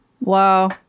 Wow